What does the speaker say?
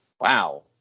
wow